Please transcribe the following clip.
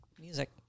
music